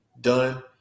done